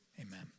Amen